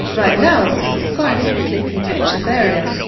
right now it's a scientifically contentious area.